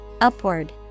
Upward